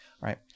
Right